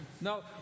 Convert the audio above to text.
No